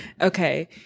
Okay